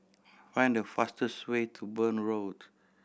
find the fastest way to Burn Road